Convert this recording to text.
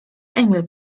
emil